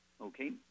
Okay